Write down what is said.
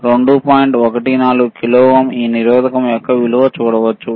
14 kilo ohm ఈ నిరోధకం యొక్క విలువ చూడవచ్చు